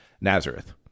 Nazareth